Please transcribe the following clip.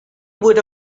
would